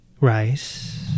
Rice